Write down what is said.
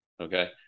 Okay